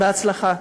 בהצלחה.